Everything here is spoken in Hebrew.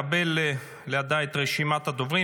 ואנו כולנו מתפללים לשובם המהיר למשפחותיהם.